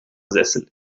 sessel